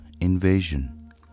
invasion